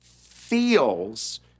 feels